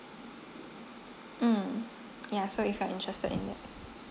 mm yeah so if you are interested in it